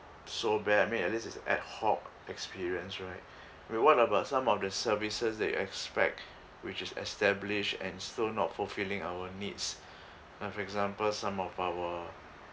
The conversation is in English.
so bad I mean at least is ad hoc experience right wait what about some of the services that you expect which is establish and still not fulfilling our needs for example some of our